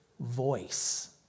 voice